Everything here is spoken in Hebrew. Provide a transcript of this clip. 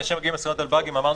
לפני שמגיעים לדבר על באגים אמרנו